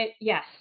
yes